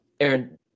Aaron